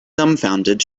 dumbfounded